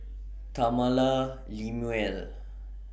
Tamala Lemuel and